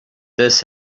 this